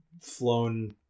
flown